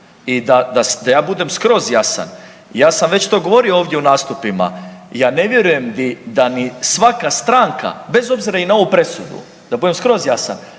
da ja budem skroz jasan, ja sam već to govorio ovdje u nastupima, ja ne vjerujem i da ni svaka stranka, bez obzira i na ovu presudu, da budem skroz jasan,